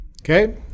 Okay